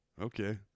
Okay